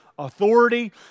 authority